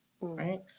right